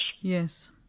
yes